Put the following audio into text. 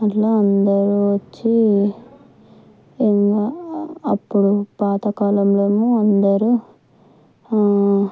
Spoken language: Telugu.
అట్లా అందరూ వచ్చి ఇంకా అప్పుడు పాత కాలంలో ఏమో అందరూ